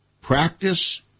practice